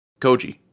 Koji